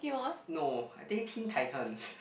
no I think Teen-Titans